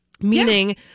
Meaning